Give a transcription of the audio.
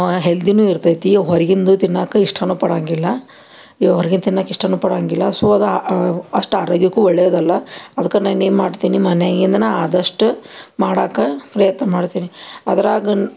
ಹೆಲ್ದಿನೂ ಇರ್ತೈತಿ ಹೊರಗಿಂದು ತಿನ್ನಕ್ಕ ಇಷ್ಟನೂ ಪಡೊಂಗಿಲ್ಲ ಹೊರ್ಗಿಂದು ತಿನ್ನಾಕ್ಕ ಇಷ್ಟನೂ ಪಡೊಂಗಿಲ್ಲ ಸೊ ಅದು ಅಷ್ಟು ಆರೋಗ್ಯಕ್ಕೂ ಒಳ್ಳೆಯದಲ್ಲ ಅದಕ್ಕೆ ನಾನೇನು ಮಾಡ್ತೀನಿ ಮನ್ಯಾಗಿಂದೇನ ಆದಷ್ಟು ಮಾಡಕ್ಕ ಪ್ರಯತ್ನ ಮಾಡ್ತೀನಿ ಅದ್ರಾಗನ